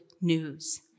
news